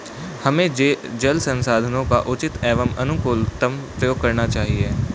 हमें जल संसाधनों का उचित एवं अनुकूलतम प्रयोग करना चाहिए